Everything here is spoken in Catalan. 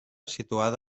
situada